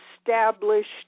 established